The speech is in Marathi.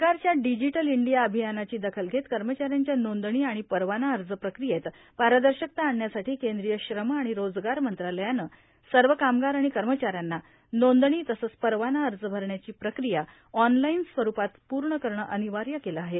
सरकारच्या डिजिटल इंडिया अभियानाची दखल घेत कर्मचाऱ्यांच्या नोंदणी आणि परवाना अर्ज प्रक्रियेत पारदर्शकता आणण्यासाठी केंद्रीय श्रम आणि रोजगार मंत्रालयानं सर्व कामगार आणि कर्मचाऱ्यांना नोंदणी तसंच परवाना अर्ज भरण्याची प्रक्रिया ऑनलाईन स्वरुपात पूर्ण करणे अनिवार्य केले आहे